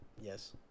Yes